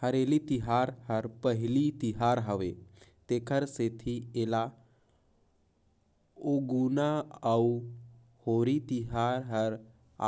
हरेली तिहार हर पहिली तिहार हवे तेखर सेंथी एला उगोना अउ होरी तिहार हर